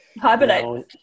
hibernate